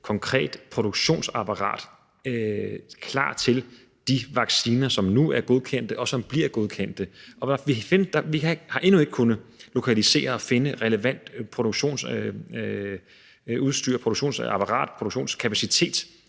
konkret produktionsapparat klar til de vacciner, som nu er godkendte, og som bliver godkendte. Vi har endnu ikke kunnet lokalisere og finde relevant produktionsudstyr og produktionsapparat og produktionskapacitet